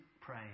pray